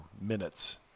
minutes